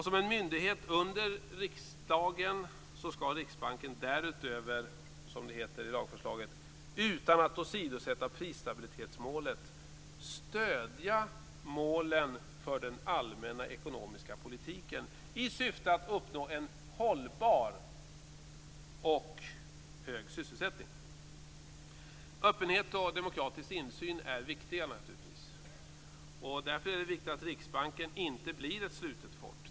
Som en myndighet under riksdagen skall Riksbanken därutöver, som det heter i lagförslaget, utan att åsidosätta prisstabilitetsmålet stödja målen för den allmänna ekonomiska politiken i syfte att uppnå en hållbar och hög sysselsättning. Öppenhet och demokratisk insyn är naturligtvis viktiga. Därför är det viktigt att Riksbanken inte blir ett slutet fort.